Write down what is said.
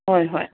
ꯍꯣꯏ ꯍꯣꯏ